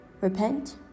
Repent